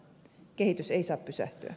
kehitys ei saa pysähtyä